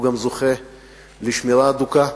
הוא גם זוכה לשמירה הדוקה,